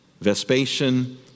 Vespasian